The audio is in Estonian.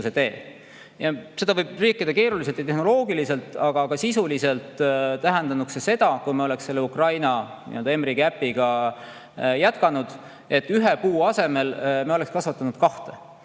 Seda võib rääkida keeruliselt ja tehnoloogiliselt, aga sisuliselt tähendanuks see seda, et kui me oleks selle Ukraina mRiigi äpiga jätkanud, siis ühe puu asemel me oleks kasvatanud kahte.